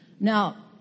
Now